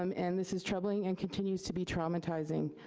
um and this is troubling and continues to be traumatizing.